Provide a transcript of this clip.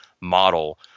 model